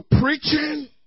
preaching